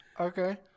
Okay